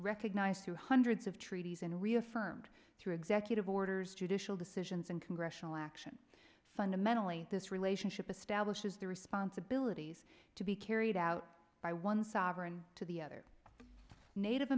recognized to hundreds of treaties and reaffirmed through executive orders judicial decisions and congressional action fundamentally this relationship establishes the responsibilities to be carried out by one sovereign to the other native